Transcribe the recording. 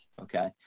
okay